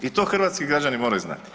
I to hrvatski građani moraju znati.